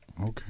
Okay